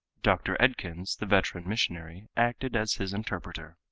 dr. edkins, the veteran missionary, acted as his interpreter.